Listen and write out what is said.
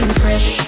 fresh